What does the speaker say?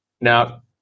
Now